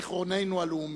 בזיכרוננו הלאומי.